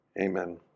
amen